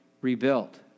rebuilt